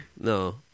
No